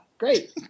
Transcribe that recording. Great